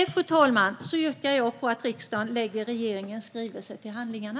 Jag yrkar bifall till utskottets förslag att riksdagen lägger regeringens skrivelse till handlingarna.